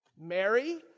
Mary